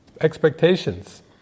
expectations